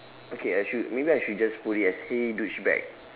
okay I should maybe I should just put it as !hey! douchebag